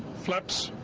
flaps.